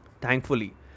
Thankfully